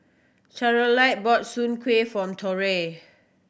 Charolette brought Soon Kuih for Torrey